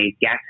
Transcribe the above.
gas